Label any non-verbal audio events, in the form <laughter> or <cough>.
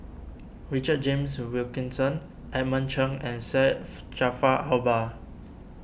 Richard James Wilkinson Edmund Cheng and Syed <noise> Jaafar Albar